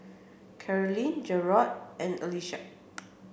Carlene Jerrod and Alisa